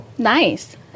Nice